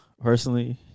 personally